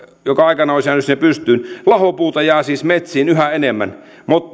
joka aikanaan olisi jäänyt sinne pystyyn lahopuuta jää siis metsiin yhä enemmän